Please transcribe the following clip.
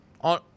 on